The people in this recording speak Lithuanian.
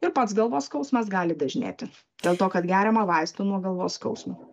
ir pats galvos skausmas gali dažnėti dėl to kad geriama vaistų nuo galvos skausmo